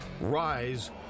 rise